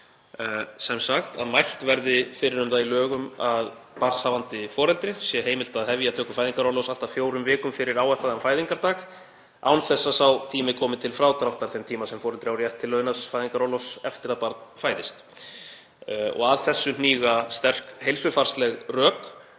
sem sagt að mælt verði fyrir um það í lögum að barnshafandi foreldri sé heimilt að hefja töku fæðingarorlofs allt að fjórum vikum fyrir áætlaðan fæðingardag án þess að sá tími komi til frádráttar þeim tíma sem foreldri á rétt til launaðs fæðingarorlofs eftir að barn fæðist. Að þessu hníga sterk heilsufarsleg rök.